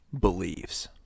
believes